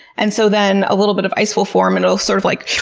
and so then a little bit of ice will form and it'll sort of like.